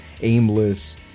aimless